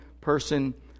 person